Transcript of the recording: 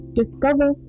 discover